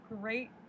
great